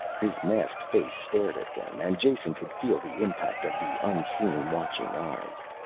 his masked face stared at them and jason could feel the impact of the unseen watching eyes.